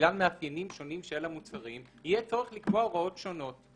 בגלל מאפיינים שונים של המוצרים יהיה צורך לקבוע הוראות שונות.